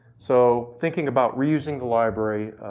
so, thinking about reusing the library.